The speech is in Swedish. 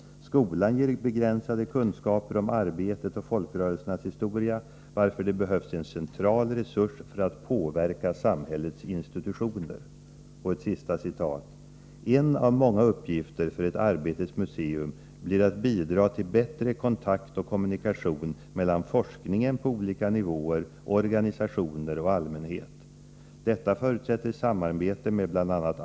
Skolan ger begränsade kunskaper om arbetets och folkrörelsernas historia varför det behövs en central resurs för att påverka samhällets institutioner.” Och ett sista citat: ”En av många uppgifter för ett Arbetets museum blir att bidra till bättre kontakt och kommunikation mellan forskningen på olika nivåer, organisationer och allmänhet. Detta förutsätter samarbete med bl.a.